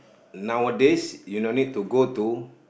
nowadays you don't need to go to